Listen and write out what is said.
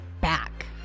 back